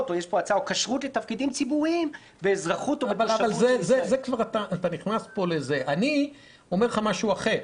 או כשרות לתפקידים ציבוריים באזרחות או ב- -- אני אומר לך משהו אחר.